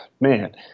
man